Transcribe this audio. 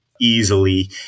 easily